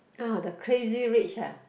uh the Crazy-Rich ah